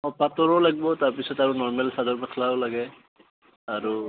অঁ পাটৰো লাগিব তাৰ পিছতে আৰু নৰ্মেল চাদৰ মেখেলাও লাগে আৰু